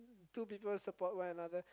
two people support one another